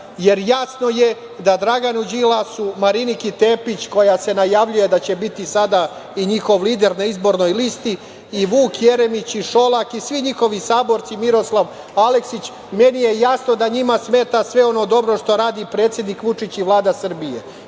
jer jasno je da Draganu Đilasu, Mariniki Tepić koja se najavljuje da će biti sada i njihov lider na izbornoj listi i Vuk Jeremić i Šolak i svi njihovi saborci, Miroslav Aleksić, meni je jasno da njima smeta sve ono dobro što radi predsednik Vučić i Vlada Srbije. Jasno